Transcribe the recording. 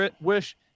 wish